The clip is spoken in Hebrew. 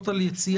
אתם.